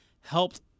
helped